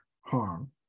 harm